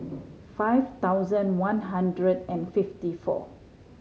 five thousand one hundred and fifty four